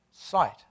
sight